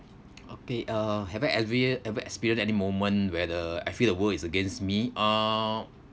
okay uh have I eve~ ever experience any moment where the I feel the world is against me ah